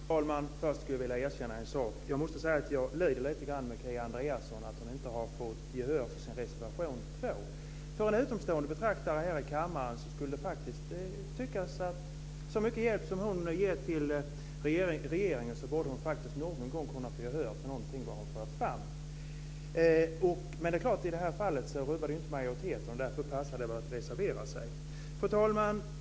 Fru talman! Först skulle jag vilja erkänna en sak: Jag lider faktiskt lite grann med Kia Andreasson för att hon inte har fått gehör för sin reservation 2. En utomstående betraktare här i kammaren skulle faktiskt kunna tycka att så mycket hjälp som hon ger till regeringen borde hon någon gång kunna få gehör för någonting som hon för fram. Men det är klart: I det här fallet rubbar det inte majoriteten, och därför passar det att reservera sig. Fru talman!